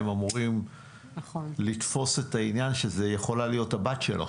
הם אמורים לתפוס את העניין לפיו זו יכולה להיות הבת שלו.